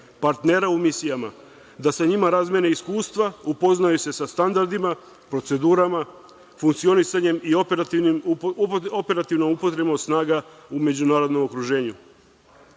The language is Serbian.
partnera u misijama, da sa njima razmene iskustva, upoznaju se sa standardima, procedurama, funkcionisanjem i operativnom upotrebom snaga u međunarodnom okruženju.